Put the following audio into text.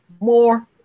more